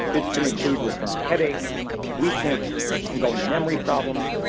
this can include recurrent headaches, weakness, ongoing memory problems,